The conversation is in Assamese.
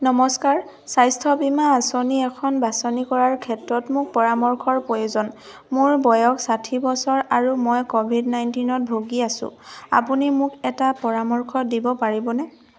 নমস্কাৰ স্বাস্থ্য বীমা আঁচনি এখন বাছনি কৰাৰ ক্ষেত্ৰত মোক পৰামৰ্শৰ প্ৰয়োজন মোৰ বয়স ষাঠি বছৰ আৰু মই কভিড নাইনটিনত ভুগি আছোঁ আপুনি মোক এটা পৰামৰ্শ দিব পাৰিবনে